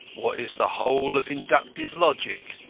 what is the whole of inductive logic,